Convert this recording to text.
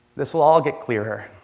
this will all get clearer.